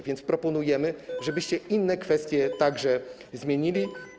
A więc proponujemy, żebyście inne kwestie także zmienili.